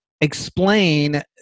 explain